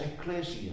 ecclesia